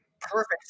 perfect